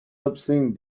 obscene